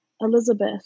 Elizabeth